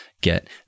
get